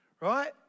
right